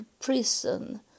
prison